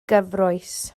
gyfrwys